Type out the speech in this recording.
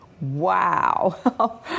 Wow